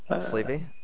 Sleepy